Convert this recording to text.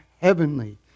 heavenly